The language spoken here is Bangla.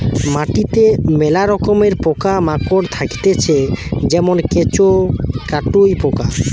মাটিতে মেলা রকমের পোকা মাকড় থাকতিছে যেমন কেঁচো, কাটুই পোকা